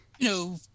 No